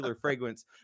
fragrance